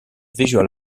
visual